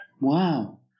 Wow